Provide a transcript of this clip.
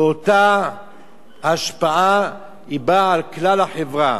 ואותה השפעה באה על כלל החברה,